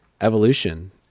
evolution